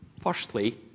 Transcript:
Firstly